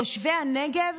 תושבי הנגב,